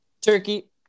Turkey